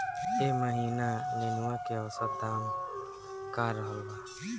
एह महीना नेनुआ के औसत दाम का रहल बा?